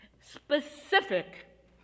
specific